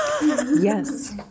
Yes